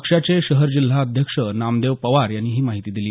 पक्षाचे शहर जिल्हा अध्यक्ष नामदेव पवार यांनी ही माहिती दिली